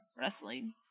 wrestling